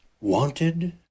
wanted